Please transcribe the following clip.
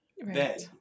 bed